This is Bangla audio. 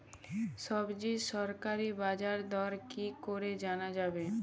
সবজির সরকারি বাজার দর কি করে জানা যাবে?